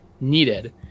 needed